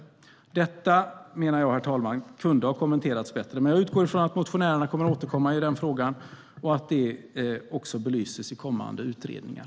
Herr talman! Detta kunde ha kommenterats bättre, men jag utgår från att motionärerna återkommer i frågan och att det också blir belyst i kommande utredningar.